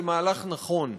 זה מהלך נכון.